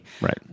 Right